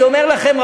אני אומר לכם,